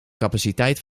capaciteit